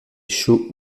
chaud